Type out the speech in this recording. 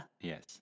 Yes